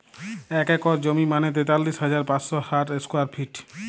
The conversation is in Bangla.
এক একর জমি মানে তেতাল্লিশ হাজার পাঁচশ ষাট স্কোয়ার ফিট